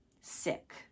Sick